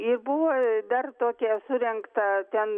i buvo dar tokia surengta ten